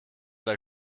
der